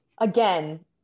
again